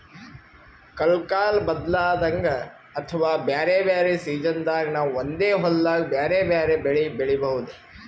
ಕಲ್ಕಾಲ್ ಬದ್ಲಾದಂಗ್ ಅಥವಾ ಬ್ಯಾರೆ ಬ್ಯಾರೆ ಸಿಜನ್ದಾಗ್ ನಾವ್ ಒಂದೇ ಹೊಲ್ದಾಗ್ ಬ್ಯಾರೆ ಬ್ಯಾರೆ ಬೆಳಿ ಬೆಳಿಬಹುದ್